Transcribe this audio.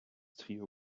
trio